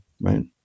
right